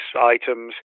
items